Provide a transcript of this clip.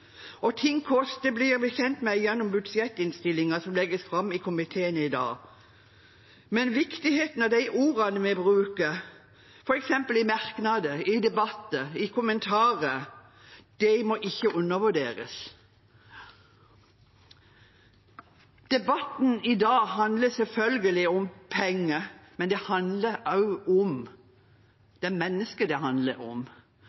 Hva ting koster, blir vi kjent med gjennom budsjettinnstillingen som legges fram i komiteen i dag, men viktigheten av de ordene vi bruker, f.eks. i merknader, i debatter, i kommentarer, må ikke undervurderes. Debatten i dag handler selvfølgelig om penger, men det er også mennesker det handler om.